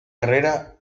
carrera